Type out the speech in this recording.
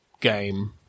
game